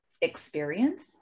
experience